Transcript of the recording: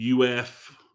UF